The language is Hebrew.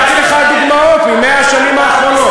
נתתי לך דוגמאות מ-100 השנים האחרונות.